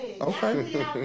Okay